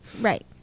Right